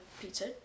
pizza